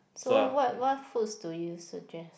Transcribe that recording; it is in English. so what what foods do you suggest